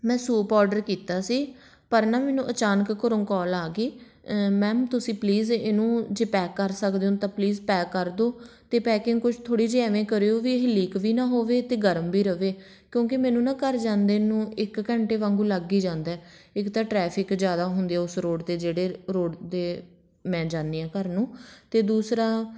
ਮੈਂ soup order ਕੀਤਾ ਸੀ ਪਰ ਨਾ ਮੈਨੂੰ ਅਚਾਨਕ ਘਰੋਂ ਕੋਲ ਆ ਗਈ ਮੈਮ ਤੁਸੀਂ ਪਲੀਜ਼ ਇਹਨੂੰ ਜੇ ਪੈਕ ਕਰ ਸਕਦੇ ਹੋ ਤਾਂ ਪਲੀਜ਼ ਪੈਕ ਕਰ ਦਿਉ ਅਤੇ ਪੈਕਿੰਗ ਕੁਛ ਥੋੜ੍ਹੀ ਜਿਹੀ ਐਵੇਂ ਕਰਿਓ ਵੀ ਇਹ ਲੀਕ ਵੀ ਨਾ ਹੋਵੇ ਅਤੇ ਗਰਮ ਵੀ ਰਹੇ ਕਿਉਂਕਿ ਮੈਨੂੰ ਨਾ ਘਰ ਜਾਂਦੇ ਨੂੰ ਇੱਕ ਘੰਟੇ ਵਾਂਗੂ ਲੱਗ ਹੀ ਜਾਂਦਾ ਇੱਕ ਤਾਂ ਟ੍ਰੈਫਿਕ ਜ਼ਿਆਦਾ ਹੁੰਦੀ ਆ ਉਸ ਰੋਡ 'ਤੇ ਜਿਹੜੇ ਰੋਡ 'ਤੇ ਮੈਂ ਜਾਂਦੀ ਹਾਂ ਘਰ ਨੂੰ ਅਤੇ ਦੂਸਰਾ